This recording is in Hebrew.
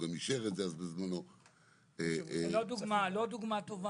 שגם אישר את זה --- אסון ורסאי הוא לא דוגמה טובה,